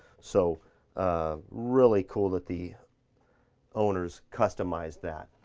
so ah really cool that the owners customized that.